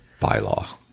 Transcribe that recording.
bylaw